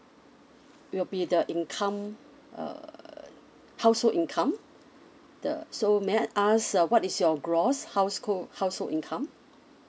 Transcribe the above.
will be the income uh household income the so may I ask uh what is your gross houseco~ household income